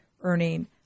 earning